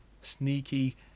sneaky